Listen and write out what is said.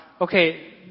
okay